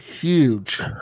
huge